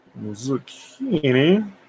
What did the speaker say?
Zucchini